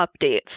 updates